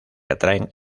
atraen